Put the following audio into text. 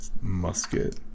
musket